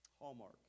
Hallmark